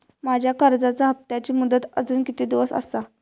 माझ्या कर्जाचा हप्ताची मुदत अजून किती दिवस असा?